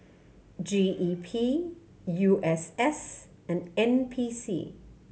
G E P U S S and N P C